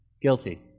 Guilty